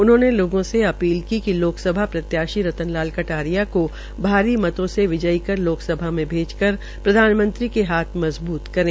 उन्होंने लोगों से अपील की कि लोकसभ प्रत्याशी रतन लाल कटारिया को भारी मतो से विजयी कर लोकसभा में भेजकर प्रधानमंत्री के हाथ मजबूत करें